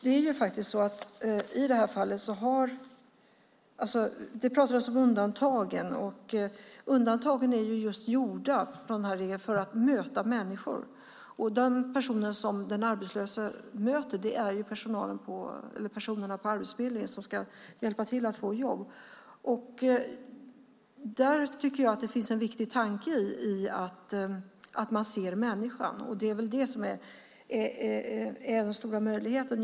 Det pratades om undantagen, och undantagen från denna regel är just gjorda för att möta människor. De personer den arbetslöse möter är personerna på Arbetsförmedlingen, som ska hjälpa till att hitta jobb. Där tycker jag att det finns en viktig tanke i att man ser människan, och det är väl det som är den stora möjligheten.